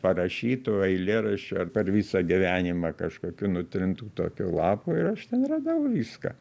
parašytų eilėraščių per visą gyvenimą kažkokių nutrintų tokių lapų ir aš ten radau viską